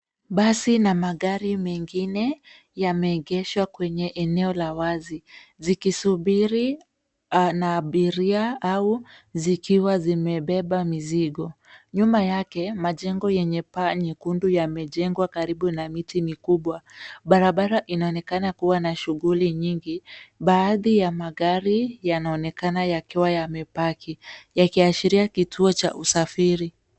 Basi na magari mengine yameegeshwa kwenye eneo za wazi zikisubiri abiria au zikiwa zimebeba mizigo. Nyuma yake majengo yenye paa nyekundu yamejengwa karibu na miti mikubwa. Barabara inaonekana kuwa na shughuli nyingi. Baadhi ya magari yanaonekana yakiwa yamepaki yakiashiria kituo cha usafiri.